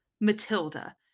Matilda